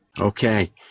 Okay